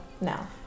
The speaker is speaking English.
now